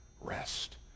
rest